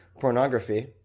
pornography